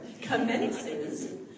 commences